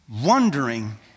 wondering